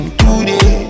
today